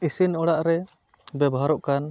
ᱤᱥᱤᱱ ᱚᱲᱟᱜ ᱨᱮ ᱵᱮᱵᱚᱦᱟᱨᱚᱜ ᱠᱟᱱ